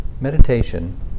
meditation